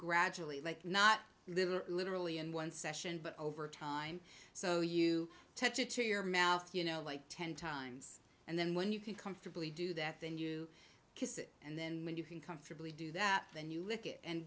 gradually like not literally in one session but over time so you touch it to your mouth you know like ten times and then when you can comfortably do that then you kiss it and then when you can comfortably do that then you lick it and